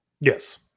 Yes